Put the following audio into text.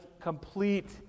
complete